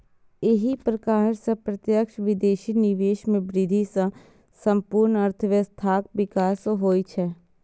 एहि प्रकार सं प्रत्यक्ष विदेशी निवेश मे वृद्धि सं संपूर्ण अर्थव्यवस्थाक विकास होइ छै